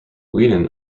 whedon